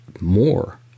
more